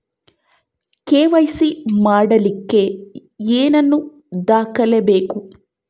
KYC ಮಾಡಲಿಕ್ಕೆ ಏನೇನು ದಾಖಲೆಬೇಕು?